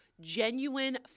genuine